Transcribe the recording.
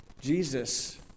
Jesus